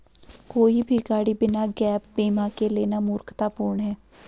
कोई भी गाड़ी बिना गैप बीमा के लेना मूर्खतापूर्ण है